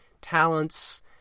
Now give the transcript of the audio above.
talents